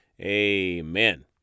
amen